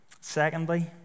Secondly